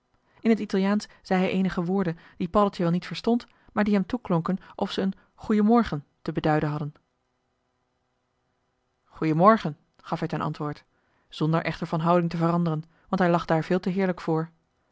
in het italiaansch zei hij eenige woorden die paddeltje wel niet verstond maar die hem toeklonken of ze een goeien morgen te beduiden hadden goeien morgen gaf hij ten antwoord zonder echter van houding te veranderen want hij lag daar veel te heerlijk voor